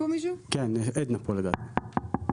כן, עדנה פה לדעתי.